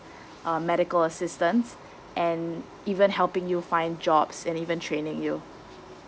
uh medical assistance and even helping you find jobs and even training you